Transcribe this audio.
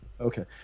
okay